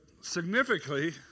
significantly